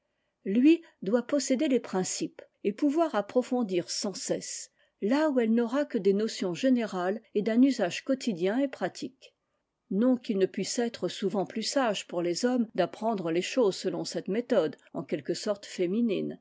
lui doit posséder les principes et pouvoirapprofondir sans cesse là où elle n'aura que des notions générales et d'un usage quotidien et pratique non qu'il ne puisse être souvent plus sage pour les hommes d'apprendre les choses selon cette méthode en quelque sorte féminine